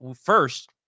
first